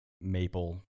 maple